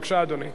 בבקשה, אדוני.